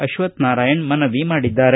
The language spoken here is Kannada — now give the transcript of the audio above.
ಅಶ್ವಥ್ ನಾರಾಯಣ್ ಮನವಿ ಮಾಡಿದ್ದಾರೆ